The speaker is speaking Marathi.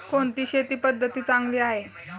कोणती शेती पद्धती चांगली आहे?